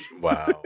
Wow